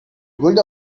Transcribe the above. good